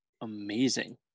amazing